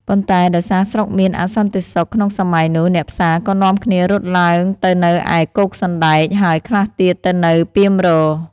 ប៉ុន្តែដោយសារស្រុកមានអសន្តិសុខក្នុងសម័យនោះ អ្នកផ្សារក៏នាំគ្នារត់ឡើងទៅនៅឯ គោកសណ្តែក ហើយខ្លះទៀតទៅនៅ ពាមរក៍។